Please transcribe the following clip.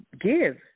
give